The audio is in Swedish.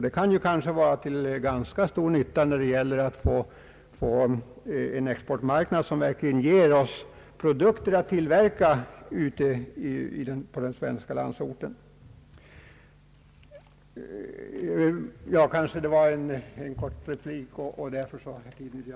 Det kan vara till stor nytta när det gäller att bygga upp en exportmarknad som verkligen skall ge oss i den svenska landsorten produkter att tillverka.